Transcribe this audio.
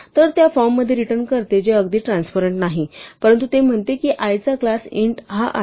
तर ते त्या फॉर्ममध्ये रिटर्न करते जे अगदी ट्रान्स्परन्ट नाही परंतु ते म्हणते की i चा क्लास int हा आहे